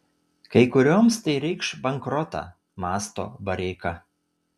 kai kurioms tai reikš bankrotą mąsto bareika